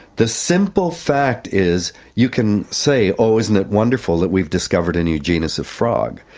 the simple fact is you can say, oh, isn't it wonderful that we've discovered a new genus of frog.